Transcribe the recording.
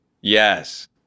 yes